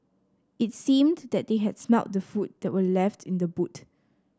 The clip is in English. it seemed that they had smelt the food that were left in the boot